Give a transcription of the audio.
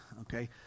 okay